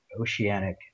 oceanic